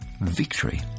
Victory